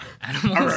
Animals